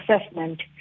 assessment